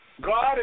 God